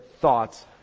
thoughts